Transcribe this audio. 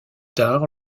tard